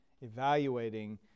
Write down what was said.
evaluating